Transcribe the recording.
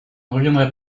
reviendrai